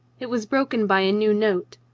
it was broken by a new note.